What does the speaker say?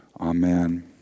amen